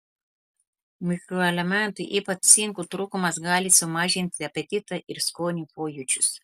mikroelementų ypač cinko trūkumas gali sumažinti apetitą ir skonio pojūčius